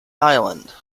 island